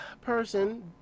person